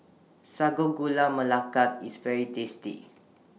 Sago Gula Melaka IS very tasty